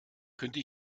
könnte